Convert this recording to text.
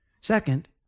Second